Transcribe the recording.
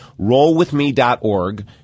RollWithMe.org